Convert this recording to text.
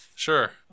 Sure